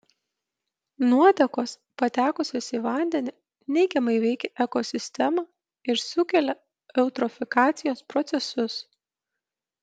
nuotekos patekusios į vandenį neigiamai veikia ekosistemą ir sukelia eutrofikacijos procesus